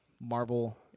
Marvel